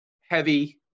heavy